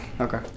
Okay